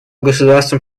государствам